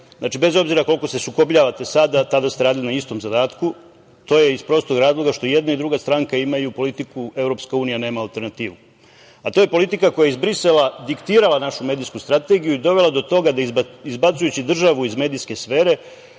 bez obzira koliko se sukobljavate sada tada ste radili na istom zadatku, to je iz prostog razloga što i jedna i druga stranka imaju politiku Evropska unija nema alternativu. To je politika koja je iz Brisela diktirala našu medijsku strategiju i dovela do toga da izbacujući državu iz medijske sfere